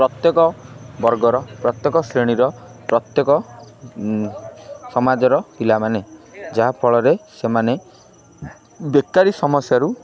ପ୍ରତ୍ୟେକ ବର୍ଗର ପ୍ରତ୍ୟେକ ଶ୍ରେଣୀର ପ୍ରତ୍ୟେକ ସମାଜର ପିଲାମାନେ ଯାହାଫଳରେ ସେମାନେ ବେକାରି ସମସ୍ୟାରୁ